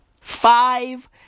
Five